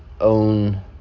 own